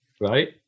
right